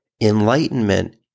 enlightenment